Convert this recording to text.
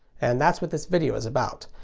and that's what this video is about.